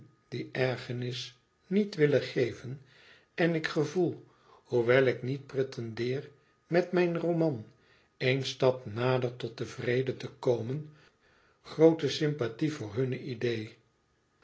die ergernis niet willen geven en ik gevoel hoewel ik niet pretendeer met mijn roman éen stap nader tot den vrede te komen groote sympathie voor hunne idee